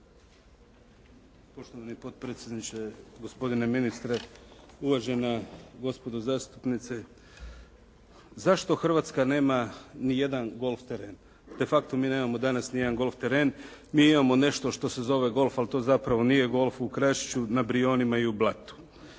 Poštovani potpredsjedniče, gospodine ministre, uvažena gospodo zastupnici. Zašto Hrvatska nema nijedan golf teren? De facto mi nemao nijedan golf teren. Mi imamo nešto što se zove golf, a to zapravo nije golf u Krašiću, na Brijunima i u Blatu.